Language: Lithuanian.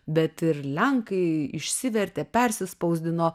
bet ir lenkai išsivertė persispausdino